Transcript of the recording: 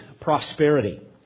prosperity